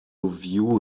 view